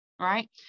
right